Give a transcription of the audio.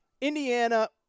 Indiana